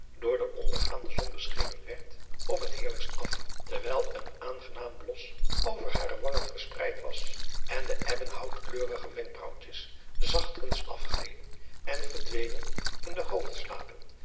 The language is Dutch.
door de ondergaande zon beschenen werd op het heerlijkst af terwijl een aangenaam blos over hare wangen verspreid was en de ebbenhoutkleurige wenkbraauwtjes zachtkens afgleden en verdwenen in de